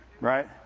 Right